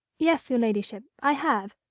yes, your ladyship i have.